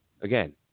Again